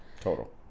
Total